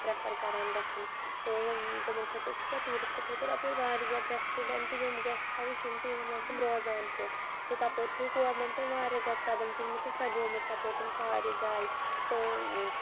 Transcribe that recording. prefer کَران گژھُن تہٕ تِمَن خٲطرٕ چھُ پَتہٕ ٹوٗرِسٹ خٲطرٕ اَپٲرۍ واریاہ زیادٕ ریسٹورَنٛٹ یِم گیسٹ ہاوُس چھِ یِم تہِ یِمَن منٛز تِم روزان چھُ تہٕ تَپٲرۍ چھُ گورمینٛٹَن واریاہ زیادٕ قدم تُلمٕتۍ تہٕ سَجھومٕژ تَپٲرۍ تِم سارے جایہِ تہٕ